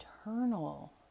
eternal